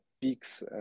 peaks